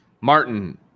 Martin